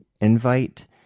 invite